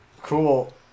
Cool